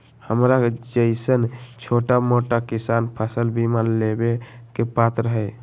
हमरा जैईसन छोटा मोटा किसान फसल बीमा लेबे के पात्र हई?